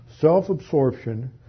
self-absorption